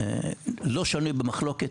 לא שנוי במחלוקת,